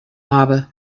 habe